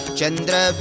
Chandra